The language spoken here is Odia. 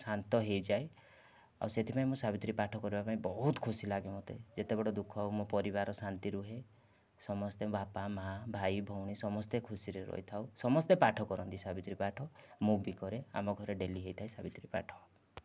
ଶାନ୍ତ ହୋଇଯାଏ ଆଉ ସେଥିପାଇଁ ମୁଁ ସାବିତ୍ରୀ ପାଠ କରିବା ପାଇଁ ବହୁତ ଖୁସି ଲାଗେ ମୋତେ ଯେତେବଡ଼ ଦୁଃଖ ହେଉ ମୋ ପରିବାର ଶାନ୍ତି ରୁହେ ସମସ୍ତେ ବାପା ମା ଭାଇ ଭଉଣୀ ସମସ୍ତେ ଖୁସିରେ ରହିଥାଉ ସମସ୍ତେ ପାଠ କରନ୍ତି ସାବିତ୍ରୀ ପାଠ ମୁଁ ବି କରେ ଆମ ଘରେ ଡେଲି ହୋଇଥାଏ ସାବିତ୍ରୀ ପାଠ